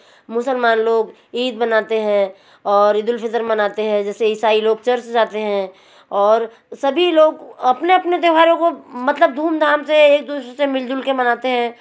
मुसलमान लोग ईद मानते हैं और ईद उल फिदर मानते हैं जैसे इसाई लोग चर्च जाते हैं और सभी लोग अपने अपने त्योहारों को धूम धाम से एक दुसरे से मिल जुल कर मानाते हैं